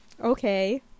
okay